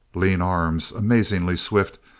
lean arms, amazingly swift,